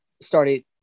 started